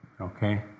okay